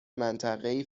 منطقهای